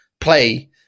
play